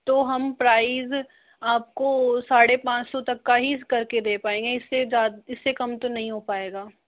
तो हम प्राइज़ आपको साढ़े पाँच सौ तक का ही करके दे पाएंगे इससे ज़ाद इससे कम तो नहीं हो पाएगा